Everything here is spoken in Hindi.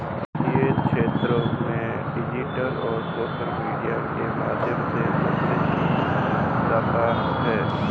वित्त के क्षेत्र में डिजिटल और सोशल मीडिया के माध्यम से प्रचार किया जाता है